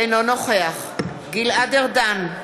אינו נוכח גלעד ארדן,